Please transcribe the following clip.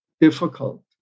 difficult